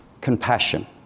compassion